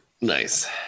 nice